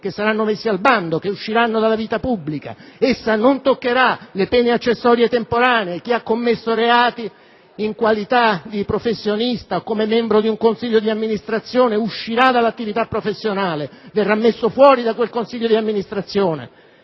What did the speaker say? che saranno messi al bando, che usciranno dalla vita pubblica. Essa non toccherà le pene accessorie temporanee: chi ha commesso reati in qualità di professionista o come membro di un consiglio di amministrazione uscirà dall'attività professionale, verrà messo fuori da quel consiglio di amministrazione.